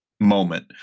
moment